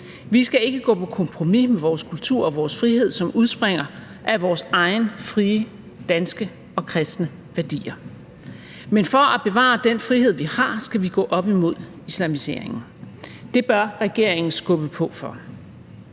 Vi skal ikke gå på kompromis med vores kultur og vores frihed, som udspringer af vores egne frie danske og kristne værdier. Men for at bevare den frihed, vi har, skal vi gå op imod islamiseringen. Det bør regeringen skubbe på for.